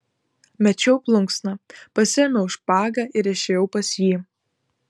mečiau plunksną pasiėmiau špagą ir išėjau pas jį